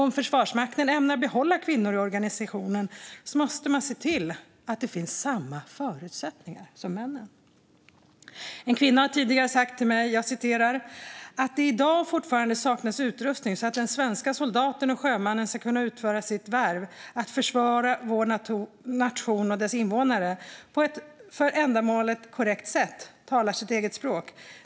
Om Försvarsmakten ämnar behålla kvinnor i organisationen måste man se till att det finns samma förutsättningar som för männen. En kvinna har tidigare sagt till mig: "Att det i dag fortfarande saknas utrustning så att den svenska soldaten och sjömannen ska kunna utföra sitt värv, att försvara vår nation och dess invånare på ett för ändamålet korrekt sätt, talar sitt eget språk.